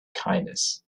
kindness